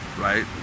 right